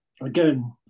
again